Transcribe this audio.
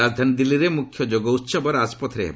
ରାଜଧାନୀ ଦିଲ୍ଲୀରେ ମୁଖ୍ୟ ଯୋଗ ଉହବ ରାଜପଥରେ ହେବ